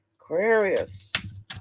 Aquarius